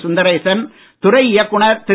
சுந்தரேசன் துறை இயக்குநர் திரு